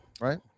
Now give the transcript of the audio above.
right